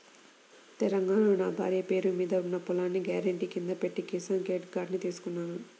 తెలంగాణాలో నా భార్య పేరు మీద ఉన్న పొలాన్ని గ్యారెంటీ కింద పెట్టి కిసాన్ క్రెడిట్ కార్డుని తీసుకున్నాను